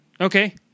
okay